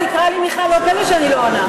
אם תקרא לי מיכל, לא פלא שאני לא עונה.